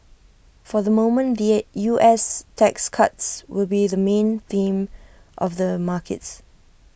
for the moment the U S tax cuts will be the main theme of the markets